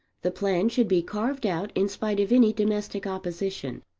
the plan should be carried out in spite of any domestic opposition.